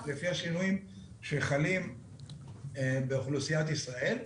לפי השינויים באוכלוסיית ישראל.